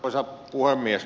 arvoisa puhemies